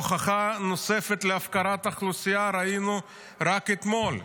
הוכחה נוספת להפקרת האוכלוסייה ראינו רק אתמול.